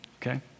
okay